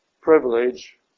privilege